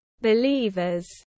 Believers